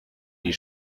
die